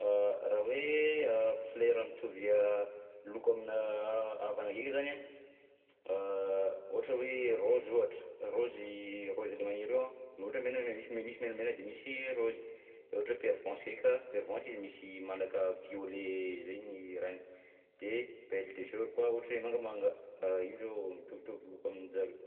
Raha hoe folera mitovy a loko aminà a-avana ndreky zany an, ohatra hoe raozy ohatra, raozy raozy le maniry io an ohatra mena, misy menamena de misy raozy, de ohatra pervenche ndreka, pervenche izy misy malaka violet zay ny rahany, dia belle de jour koa ohatra hoe mangamanga, a io zao mitovitovy loko aminjareo.